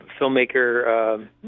filmmaker